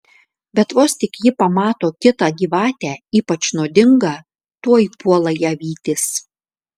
bet vos tik ji pamato kitą gyvatę ypač nuodingą tuoj puola ją vytis